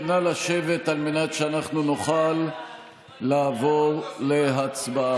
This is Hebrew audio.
נא לשבת על מנת שאנחנו נוכל לעבור להצבעה.